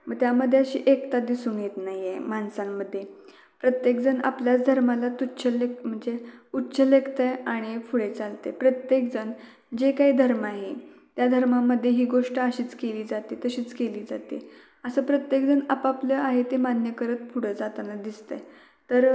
मग त्यामध्ये अशी एकता दिसून येत नाही आहे माणसांमध्ये प्रत्येकजण आपल्याच धर्माला तुच्छ लेखत म्हणजे उच्च लेखतं आहे आणि पुढे चालते प्रत्येकजण जे काही धर्म आहे त्या धर्मामध्ये ही गोष्ट अशीच केली जाते तशीच केली जाते असं प्रत्येकजण आपआपलं आहे ते मान्य करत पुढं जाताना दिसतं आहे तर